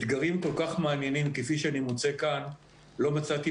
אתרים כל כך מאתגרים כמו שאני מוצא כאן לא מצאתי